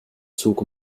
zug